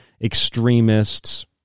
extremists